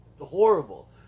horrible